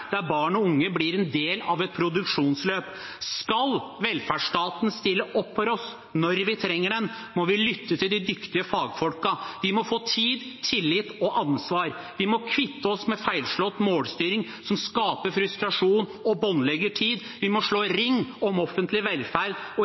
der barn og unge blir en del av et produksjonsløp. Skal velferdsstaten stille opp for oss når vi trenger den, må vi lytte til de dyktige fagfolkene. De må få tid, tillit og ansvar. Vi må kvitte oss med feilslått målstyring som skaper frustrasjon og båndlegger tid. Vi må slå ring om offentlig velferd og ideelle aktører. Vi må sikre reell medbestemmelse for ansatte. Og